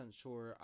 sure